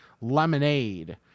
lemonade